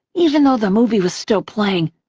even though the movie was still playing,